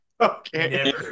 Okay